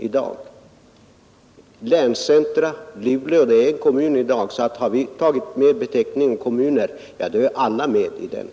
Luleå, som i dag är en kommun, är ett länscentrum. När vi talar om kommuner, så är också alla länscentra med.